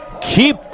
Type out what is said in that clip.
keep